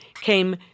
came